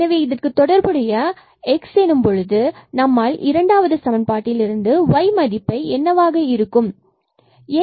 எனவே இதற்கு தொடர்புடைய x0 எனும் பொழுது நம்மால் இரண்டாவது சமன்பாட்டில் இருந்து y மதிப்பை என்னவாக இருக்கும் என்பதை கண்டறிய வேண்டும்